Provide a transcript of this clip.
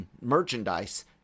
merchandise